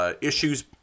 issues